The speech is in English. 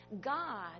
God